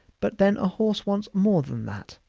but then a horse wants more than that.